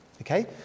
Okay